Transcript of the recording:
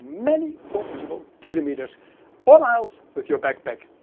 many comfortable kilometers or miles with your backpack.